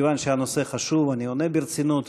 מכיוון שהנושא חשוב אני עונה ברצינות,